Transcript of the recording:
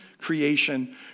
creation